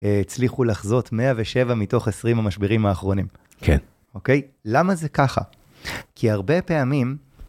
הצליחו לחזות 107 מתוך 20 המשברים האחרונים. כן. אוקיי? למה זה ככה? כי הרבה פעמים...